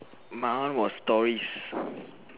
my one was stories